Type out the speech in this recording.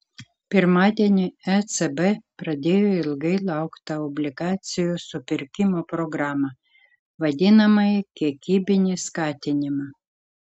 pirmadienį ecb pradėjo ilgai lauktą obligacijų supirkimo programą vadinamąjį kiekybinį skatinimą